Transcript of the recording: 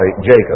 Jacob